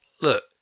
look